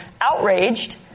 outraged